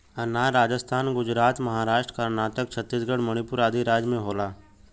अनार राजस्थान गुजरात महाराष्ट्र कर्नाटक छतीसगढ़ मणिपुर आदि राज में होला